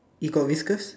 it got whiskers